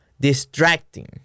distracting